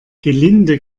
gelinde